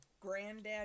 granddad